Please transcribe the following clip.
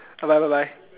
bye bye bye bye